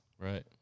Right